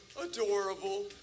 adorable